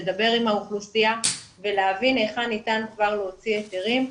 לדבר עם האוכלוסייה ולהבין היכן ניתן כבר להוציא היתרים.